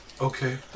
Okay